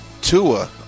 Tua